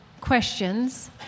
questions